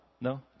No